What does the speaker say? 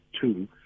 two